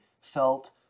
felt